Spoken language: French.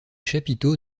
chapiteaux